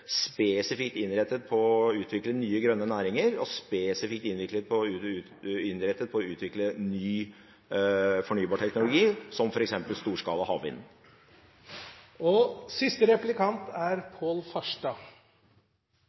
spesifikt innrettet mot å utvikle nye, grønne næringer og spesifikt innrettet mot å utvikle ny, fornybar teknologi, som f.eks. storskala havvind. I likhet med Miljøpartiet De Grønne er